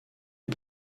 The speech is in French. est